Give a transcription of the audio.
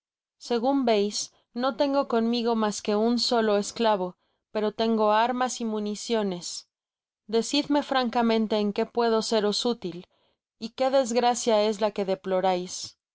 segun veis no tengo conmigo mas que un solo esclavo pero tengo armas y municiones decidme francamente en qué puedo seros útil y qué desgracia es la que deplorais